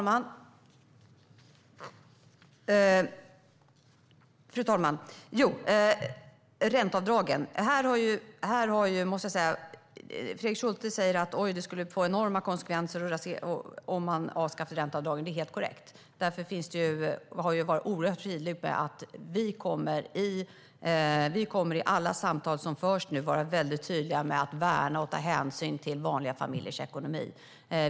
Fru talman! Fredrik Schulte säger att det skulle få enorma konsekvenser om man avskaffar ränteavdragen. Det är helt korrekt. Därför kommer vi i alla samtal som förs att vara väldigt tydliga med att värna och ta hänsyn till vanliga familjers ekonomi.